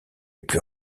plus